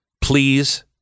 Please